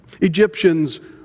Egyptians